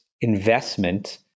investment